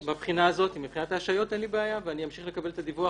מבחינת ההשעיות אין לי בעיה ואני אמשיך לקבל את הדיווח.